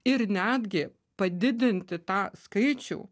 ir netgi padidinti tą skaičių